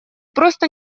просто